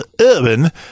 Urban